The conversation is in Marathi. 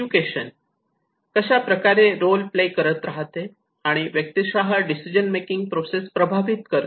एज्युकेशन कशाप्रकारे रोल प्ले करते आणि व्यक्तिशः डिसिजन मेकिंग प्रोसेस प्रभावित करते